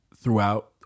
throughout